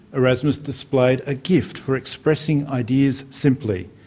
erasmus displayed a gift for expressing ideas simply.